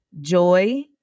joy